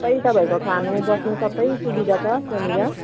सबै तपाईँको खानु बस्नु सबै सुविधा छ त्यहाँनिर